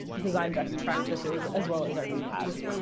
design best practices, as well as our vpat.